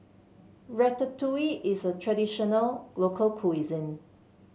Ratatouille is a traditional local